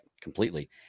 completely